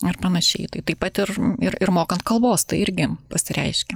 ir panašiai tai taip pat ir ir mokant kalbos tai irgi pasireiškia